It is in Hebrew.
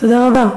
תודה רבה.